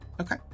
Okay